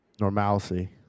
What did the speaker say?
Normalcy